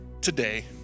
today